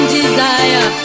desire